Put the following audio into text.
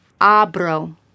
Abro